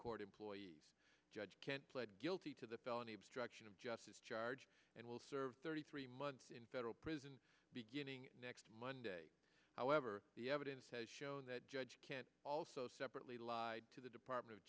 court employees judge can't pled guilty to the felony obstruction of justice charge and will serve thirty three months in federal prison beginning next monday however the evidence has show that judge can also separately lied to the department of